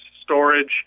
storage